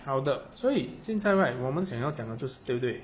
好的所以现在 right 我们想要讲的就是对不对